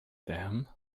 them